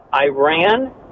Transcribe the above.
Iran